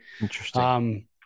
Interesting